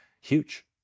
huge